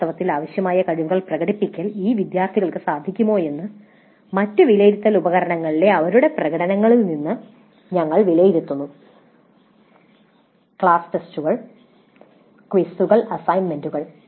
വാസ്തവത്തിൽ ആവശ്യമായ കഴിവുകൾ പ്രകടിപ്പിക്കാൻ ഈ വിദ്യാർത്ഥികൾക്ക് സാധിക്കുമോയെന്ന് മറ്റ് വിലയിരുത്തൽ ഉപകരണങ്ങളിലെ അവരുടെ പ്രകടനത്തിൽ നിന്ന് ഞങ്ങൾ വിലയിരുത്തുന്നു ക്ലാസ് ടെസ്റ്റുകൾ ക്വിസുകൾ അസൈൻമെന്റുകൾ